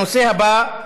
הנושא הבא,